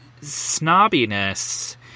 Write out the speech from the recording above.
snobbiness